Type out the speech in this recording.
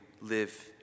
live